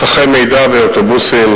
מסכי מידע באוטובוסים.